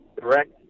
direct